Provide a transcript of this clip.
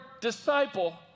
disciple